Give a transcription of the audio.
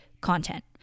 content